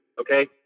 okay